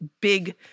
big